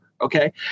okay